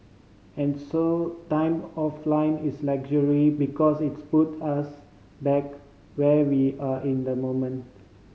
and so time offline is a luxury because it put us back where we are in the moment